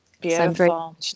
Beautiful